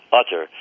utter